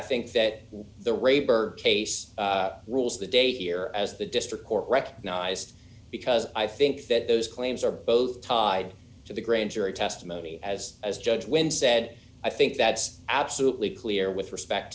i think that the raber case rules the day here as the district court recognized because i think that those claims are both tied to the grand jury testimony as as judge when said i think that's absolutely clear with respect